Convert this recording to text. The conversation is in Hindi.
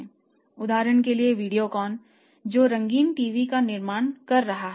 उदाहरण के लिए वीडियोकॉन जो रंगीन टीवी का निर्माण कर रहा है